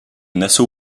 nassau